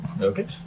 Okay